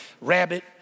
rabbit